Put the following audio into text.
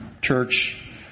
church